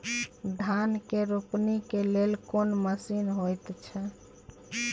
धान के रोपनी के लेल कोन मसीन होयत छै?